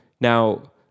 Now